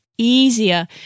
easier